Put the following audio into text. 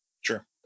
sure